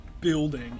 building